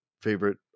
favorite